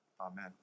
Amen